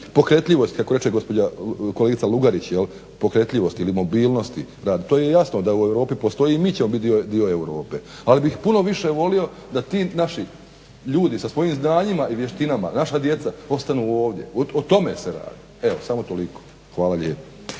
pokretljivosti kako reče gospođa kolegica Lugarić jel' pokretljivosti ili mobilnosti rada. To je jasno da u Europi postoji i mi ćemo biti dio Europe. Ali bih puno više volio da ti naši ljudi sa svojim znanjima i vještinama, naša djeca, ostanu ovdje. O tome se radi. Evo, samo toliko. Hvala lijepo.